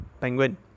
Penguin